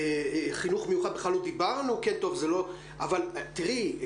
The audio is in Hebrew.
חינוך מיוחד בכלל לא דיברנו אבל תראי,